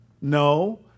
No